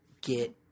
get